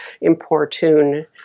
importune